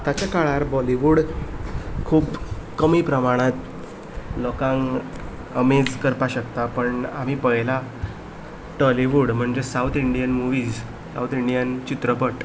आतांच्या काळार बॉलिवूड खूब कमी प्रमाणांत लोकांक अमेझ करपाक शकता पूण आमी पळयलां टॉलिवूड म्हणजे south Indian movies south Indian चित्रपट